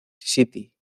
city